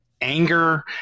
anger